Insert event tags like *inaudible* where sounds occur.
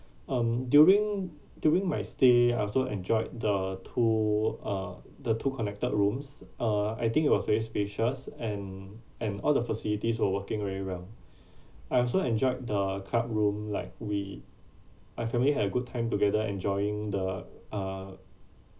um during during my stay I also enjoyed the two uh the two connected rooms uh I think it was very spacious and and all the facilities were working very well *breath* I also enjoyed the club room room like we my family had a good time together enjoying the uh